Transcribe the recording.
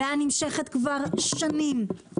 הבעיה נמשכת כבר שנים.